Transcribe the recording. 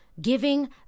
giving